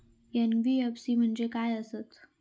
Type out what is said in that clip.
NBFC म्हणजे खाय आसत?